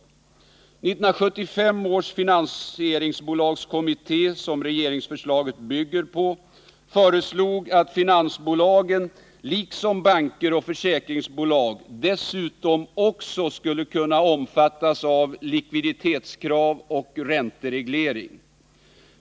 1975 års finansieringsbolagskommitté, vars utredning regeringsförslaget bygger på, föreslog att finansbolagen liksom banker och försäkringsbolag dessutom också skulle kunna omfattas av likviditetskrav och räntereglering.